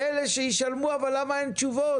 מילא שישלמו, אבל למה אין תשובות?